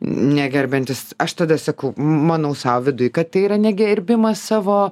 negerbiantis aš tada sakau manau sau viduj kad tai yra negerbimas savo